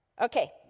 Okay